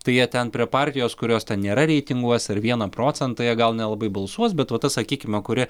tai jie ten prie partijos kurios ten nėra reitinguose ar vieną procentą jie gal nelabai balsuos bet va ta sakykime kuri